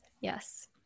Yes